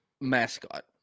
mascot